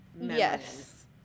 yes